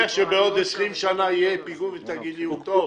שבעוד 20 שנה תגיד על הפיגום שהוא טוב.